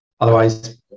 Otherwise